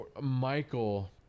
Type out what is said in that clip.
Michael